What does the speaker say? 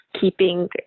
keeping